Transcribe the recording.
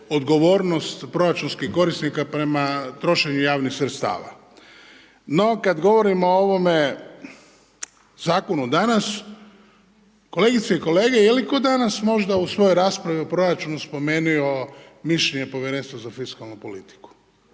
odgovornost proračunskih korisnika prema trošenju javnih sredstava. No, kada govorimo o ovome zakonu danas, kolegice i kolege, je li tko danas možda u svojoj raspravi o proračunu spomenuo mišljenje Povjerenstva za fiskalnu politiku?